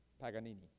Paganini